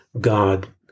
God